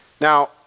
Now